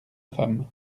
femme